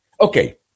Okay